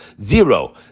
Zero